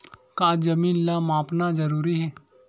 का जमीन ला मापना जरूरी हे?